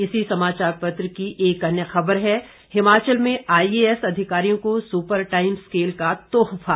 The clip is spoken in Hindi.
इसी समाचार पत्र की एक अन्य ख़बर है हिमाचल में आईएएस अधिकारियों को सुपर टाइम स्केल का तोहफा